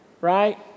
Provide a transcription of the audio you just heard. right